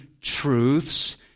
truths